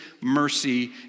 mercy